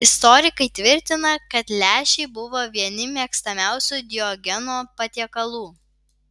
istorikai tvirtina kad lęšiai buvo vieni mėgstamiausių diogeno patiekalų